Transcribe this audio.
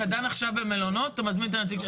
אבל אתה דן עכשיו במלונות אתה מזמין את הנציג שלהם.